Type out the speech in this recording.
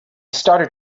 started